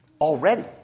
Already